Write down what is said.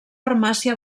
farmàcia